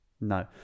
No